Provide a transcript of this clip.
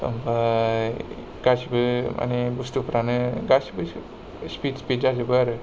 ओमफ्राय गासिबो माने बुस्टुफोरानो गासिबो स्पिड स्पिड जाजोबो आरो